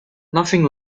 nothing